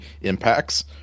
impacts